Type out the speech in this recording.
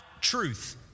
truth